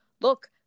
look